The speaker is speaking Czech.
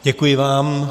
Děkuji vám.